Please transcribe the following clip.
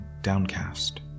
downcast